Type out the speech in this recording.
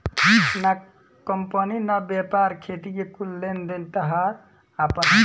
ना कंपनी ना व्यापार, खेती के कुल लेन देन ताहार आपन ह